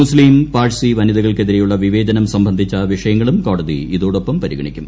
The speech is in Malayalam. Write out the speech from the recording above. മുസ്ലീം പാഴ്സി വനിതകൾക്കെതിരെയുള്ള വിവേചനം സംബന്ധിച്ച വിഷയങ്ങളും കോടതി ഇതോടൊപ്പം പരിഗണിക്കും